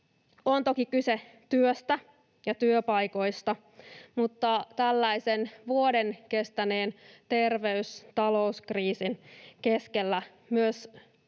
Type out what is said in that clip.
On toki kyse työstä ja työpaikoista, mutta tällaisen vuoden kestäneen terveys- ja talouskriisin keskellä myös